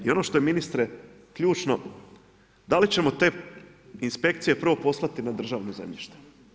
I ono što je ministre ključno, da li ćemo te inspekcije prvo poslati na državno zemljište?